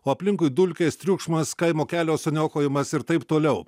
o aplinkui dulkės triukšmas kaimo kelio suniokojimas ir taip toliau